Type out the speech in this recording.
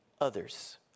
others